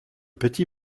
petit